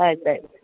ಆಯ್ತು ಆಯ್ತು